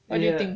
anything